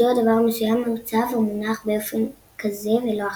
מדוע דבר מסוים מעוצב או מונח באופן כזה ולא אחר.